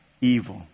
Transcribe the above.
evil